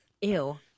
Ew